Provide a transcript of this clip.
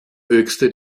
höchste